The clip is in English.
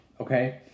Okay